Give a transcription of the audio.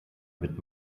mit